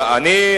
אני,